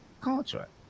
contract